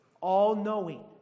all-knowing